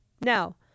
Now